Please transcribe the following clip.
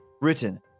written